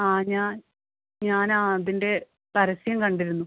ആ ഞാ ഞാന് ആ അതിൻ്റെ പരസ്യം കണ്ടിരുന്നു